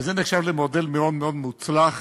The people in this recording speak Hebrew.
וזה נחשב למודל מאוד מאוד מוצלח